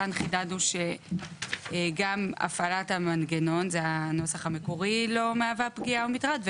כאן חידדנו שבנוסף להפעלת המנגנון גם ההתקנה לא תהווה פגיעה ומטרד.